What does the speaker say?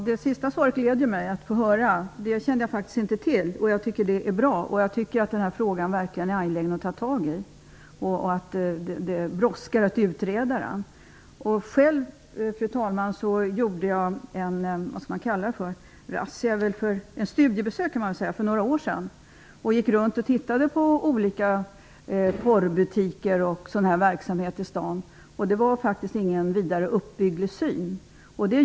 Fru talman! Det gläder mig att höra. Det kände jag faktiskt inte till. Jag tycker att det är bra. Frågan är verkligen angelägen. Det brådskar att utreda den. Jag gjorde själv ett studiebesök för några år sedan, fru talman. Jag gick runt och tittade på olika porrbutiker och på den verksamhet som äger rum i staden. Det var inte någon vidare uppbygglig syn.